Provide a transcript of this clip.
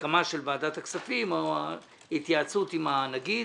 ההסכמה של ועדת הכספים או התייעצות עם הנגיד.